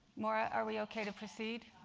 maura, are we okay to proceed?